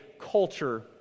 culture